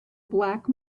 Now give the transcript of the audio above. black